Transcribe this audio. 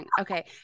okay